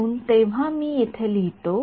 म्हणून जेव्हा मी येथे लिहितो